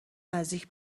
نزدیک